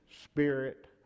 Spirit